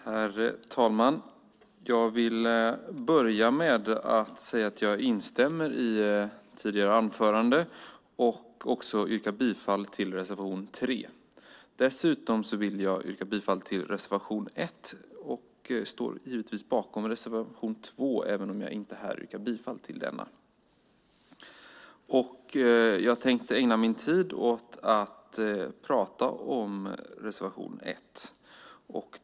Herr talman! Jag vill börja med att säga att jag instämmer i tidigare anförande och också yrkar bifall till reservation 3. Dessutom vill jag yrka bifall till reservation 1 och står givetvis bakom reservation 2, även om jag inte yrkar bifall till denna. Jag tänkte ägna min tid åt att prata om reservation 1.